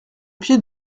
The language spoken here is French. pied